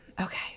okay